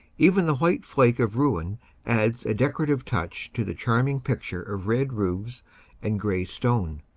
even the white flake of ruin adds a decorative touch to the charming picture of red roofs and gray stone.